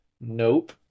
Nope